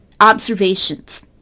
observations